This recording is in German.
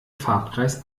farbkreis